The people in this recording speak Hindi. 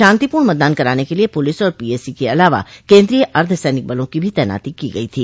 शांतिपूर्ण मतदान कराने के लिए पुलिस और पीएसी के अलावा केन्द्रीय अर्द्वसैनिक बलों की भी तैनाती की गयी थी